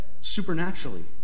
supernaturally